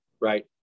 right